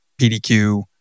PDQ